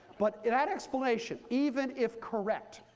but that explanation, even if correct,